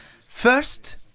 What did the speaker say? First